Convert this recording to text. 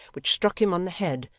which struck him on the head,